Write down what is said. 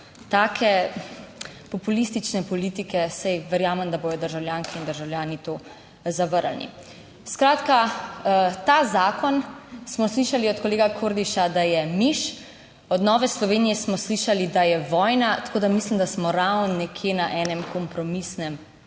Take populistične politike, saj verjamem, da bodo državljanke in državljani to zavrnili. Skratka ta zakon smo slišali od kolega Kordiša, da je miš, od Nove Slovenije smo slišali, da je vojna, tako da mislim, da smo ravno nekje na enem kompromisnem